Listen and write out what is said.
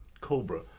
Cobra